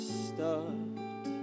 start